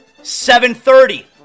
7.30